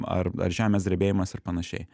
ar ar žemės drebėjimas ir panašiai